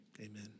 Amen